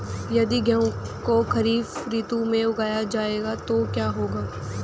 यदि गेहूँ को खरीफ ऋतु में उगाया जाए तो क्या होगा?